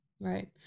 right